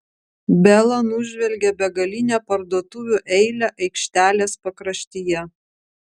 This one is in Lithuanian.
bela nužvelgė begalinę parduotuvių eilę aikštelės pakraštyje